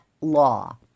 law